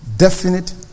definite